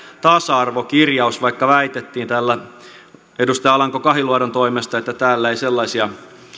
tasa arvokirjaus vaikka väitettiin täällä edustaja alanko kahiluodon toimesta että täällä ei sellaisia